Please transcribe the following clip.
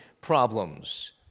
problems